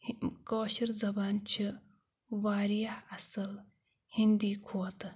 کٲشِر زبان چھِ واریاہ اَصٕل ہِندی کھۄتہٕ